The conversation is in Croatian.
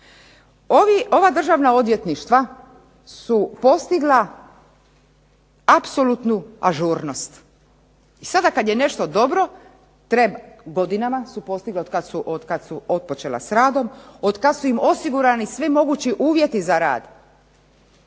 Ova državna odvjetništva su postigla apsolutnu ažurnost i sada kad je nešto dobro, godinama su postigla otkad su otpočela s radom, otkad su im osigurani svi mogući uvjeti za rad,